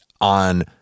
on